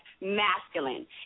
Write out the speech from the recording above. masculine